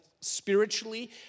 spiritually